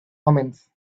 omens